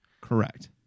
Correct